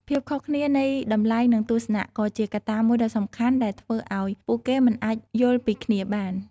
ភាពខុសគ្នានៃតម្លៃនិងទស្សនៈក៏ជាកត្តាមួយដ៏សំខាន់ដែលធ្វើឲ្យពួកគេមិនអាចយល់ពីគ្នាបាន។